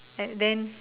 like then